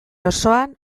osoan